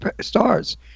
Stars